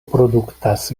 produktas